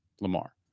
Lamar